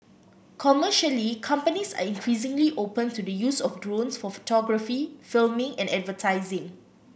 commercially companies are increasingly open to the use of drones for photography filming and advertising